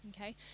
Okay